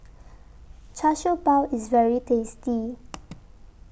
Char Siew Bao IS very tasty